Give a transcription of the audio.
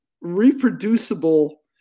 reproducible